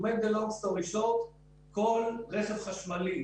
בקיצור, כל רכב חשמלי